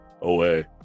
away